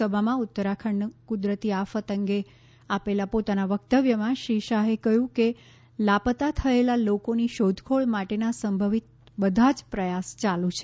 લોકસભામાં ઉત્તરાખંડ કુદરતી આફત અંગે આપેલા પોતાનાં વકતવ્યમાં શ્રી શાહે કહ્યું કે લાપતાં થયેલાં લોકોની શોધખોળ માટેનાં સંભવિત બધા જ પ્રયાસ ચાલુ છે